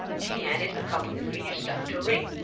she handed a cup of the greenish stuff to ringg,